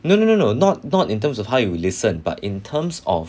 no no no no not not in terms of how you listen but in terms of